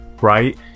right